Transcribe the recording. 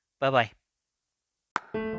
Bye-bye